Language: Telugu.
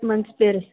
మంచి పేరు